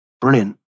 brilliant